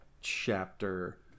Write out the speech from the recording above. chapter